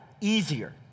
easier